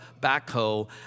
backhoe